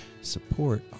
support